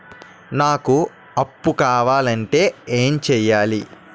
నాకు అప్పు కావాలి అంటే ఎం చేయాలి?